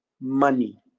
money